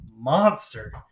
monster